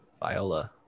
Viola